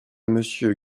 monsieur